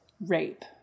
rape